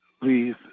please